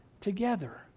together